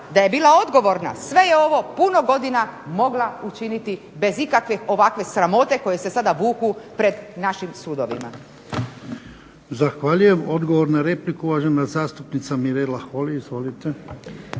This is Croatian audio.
da je bila odgovorna, sve je ovo puno godina mogla učiniti bez ikakve ovakve sramote koje se sada vuku pred našim sudovima.